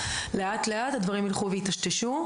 לאט לאט הדברים ילכו וייטשטשו.